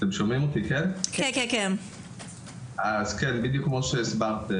בדיוק כמו שהסברת,